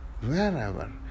wherever